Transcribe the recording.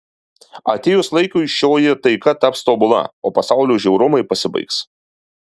atėjus laikui šioji taika taps tobula o pasaulio žiaurumai pasibaigs